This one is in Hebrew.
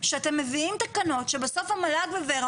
שאתם מביאים תקנות שבסוף המל"ג וור"ה